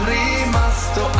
rimasto